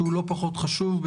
שהוא לא פחות חשוב,